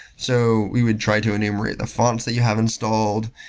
so we would try to enumerate the fonts that you have installed,